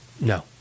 no